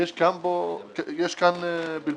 יש כאן בלבול.